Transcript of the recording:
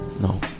No